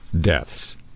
deaths